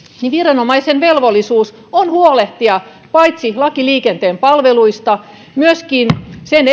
niin viranomaisen velvollisuus on huolehtia paitsi laista liikenteen palveluista myöskin sen